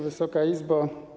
Wysoka Izbo!